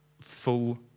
full